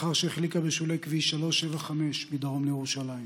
לאחר שהחליקה בשולי כביש 375 מדרום לירושלים,